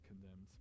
condemned